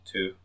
Two